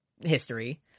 history